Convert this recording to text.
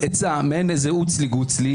מעין איזה עוץ לי גוץ לי,